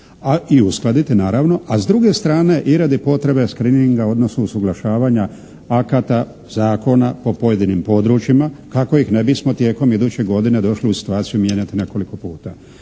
i uskladiti naravno, a s druge strane i radi potrebe screeninga, odnosno usuglašavanja akata, zakona po pojedinim područjima kako ih ne bismo tijekom iduće godine došli u situaciju mijenjati nekoliko puta.